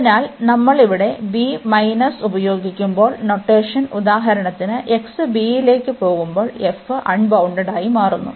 അതിനാൽ നമ്മൾ ഇവിടെ ഉപയോഗിക്കുമ്പോൾ നൊട്ടേഷൻ ഉദാഹരണത്തിന് x bലേക്ക് പോകുമ്പോൾ f അൺബൌണ്ടഡ്ഡായി മാറുന്നു